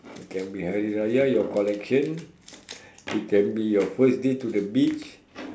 it can be hari raya your collection it can be your first day to the beach